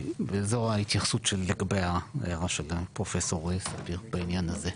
וזו ההתייחסות שלי לגבי ההערה של פרופסור ספיר בעניין הזה.